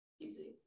Easy